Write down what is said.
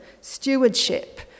stewardship